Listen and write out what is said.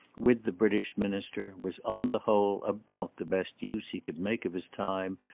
with the british minister, was, on the whole, about the best use he could make of his time,